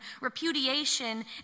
repudiation